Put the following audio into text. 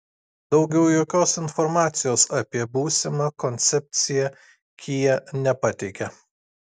daugiau jokios informacijos apie būsimą koncepciją kia nepateikia